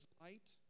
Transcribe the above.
light